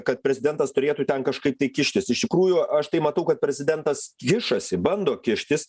kad prezidentas turėtų ten kažkaip tai kištis iš tikrųjų aš tai matau kad prezidentas kišasi bando kištis